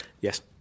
Yes